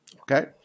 Okay